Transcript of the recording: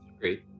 Great